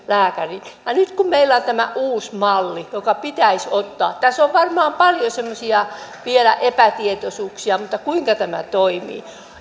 lääkäriin nyt kun meillä on tämä uusi malli joka pitäisi ottaa tässä on varmaan paljon vielä semmoisia epätietoisuuksia kuinka tämä toimii